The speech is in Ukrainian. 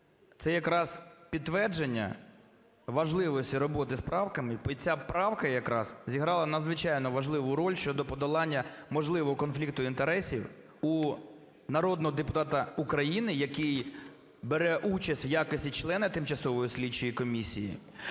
Це якраз підтвердження важливості роботи з правками. І ця правка якраз зіграла надзвичайно важливу роль щодо подолання можливого конфлікту інтересів у народного депутата України, який бере участь в якості члена тимчасової слідчої комісії